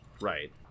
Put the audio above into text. Right